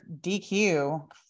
DQ